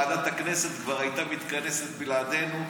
ועדת הכנסת כבר הייתה מתכנסת בלעדינו,